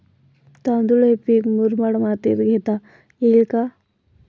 तांदूळ हे पीक मुरमाड मातीत घेता येईल का?